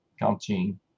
counting